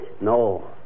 No